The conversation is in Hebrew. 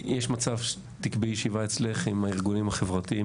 יש מצב שתקבעי ישיבה אצלך עם הארגונים החברתיים